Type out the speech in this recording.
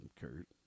kurt